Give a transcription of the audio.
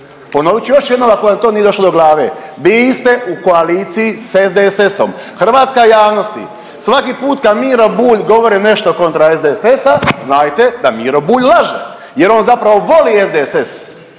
Ponovit ću još jednom ako vam to nije došlo do glave. Vi ste u koaliciji s SDSS-om. Hrvatska javnosti svaki put kad Miro Bulj govori nešto kontra SDSS-a, znajte da Miro Bulj laže jer on zapravo voli SDSS,